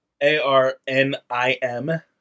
A-R-N-I-M